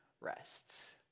rests